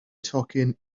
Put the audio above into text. tocyn